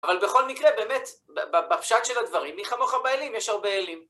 אבל בכל מקרה, באמת, בפשט של הדברים, מי כמוך באלים - יש הרבה אלים.